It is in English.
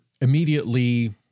immediately